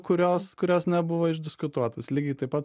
kurios kurios nebuvo išdiskutuotas lygiai taip pat